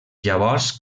llavors